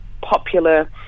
popular